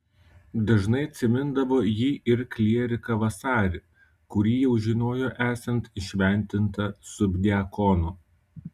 dažnai atsimindavo ji ir klieriką vasarį kurį jau žinojo esant įšventintą subdiakonu